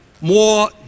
more